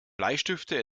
bleistifte